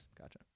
gotcha